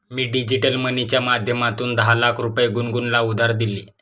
मी digital मनीच्या माध्यमातून दहा लाख रुपये गुनगुनला उधार दिले